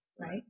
right